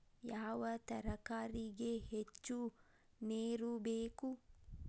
ಯಾವ ತರಕಾರಿಗೆ ಹೆಚ್ಚು ನೇರು ಬೇಕು?